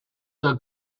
der